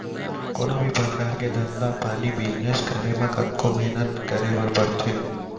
कोनों भी परकार के धंधा पानी बिजनेस करे म कतको मेहनत करे बर परथे